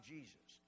Jesus